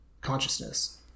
consciousness